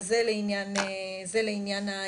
אז זה לעניין הינשוף.